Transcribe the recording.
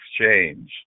exchange